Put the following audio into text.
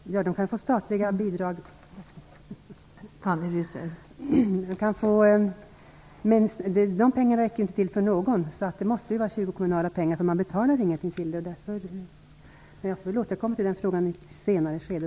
Fru talman! Man kan få statliga bidrag, men de pengarna räcker inte till för någon. Det måste vara kyrkokommunala pengar, för de som deltar betalar ju ingenting till det. Jag får återkomma till den frågan i ett senare skede.